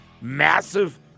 massive